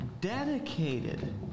dedicated